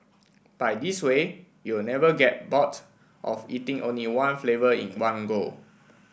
by this way you will never get bored of eating only one flavour in one go